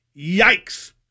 Yikes